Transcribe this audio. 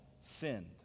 sinned